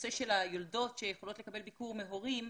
הנושא של היולדות שיכולות לקבל ביקור מהורים,